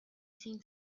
seen